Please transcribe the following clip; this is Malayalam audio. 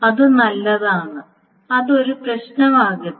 അത് നല്ലതാണ് അത് ഒരു പ്രശ്നമാകരുത്